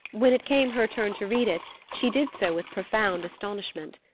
when it came her turn to read it, she did so with profound astonishment.